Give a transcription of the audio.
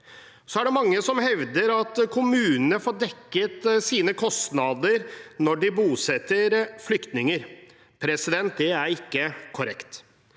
Det er mange som hevder at kommunene får dekket sine kostnader når de bosetter flyktninger. Det er ikke korrekt.